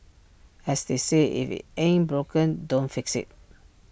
as they say if IT ain't broken don't fix IT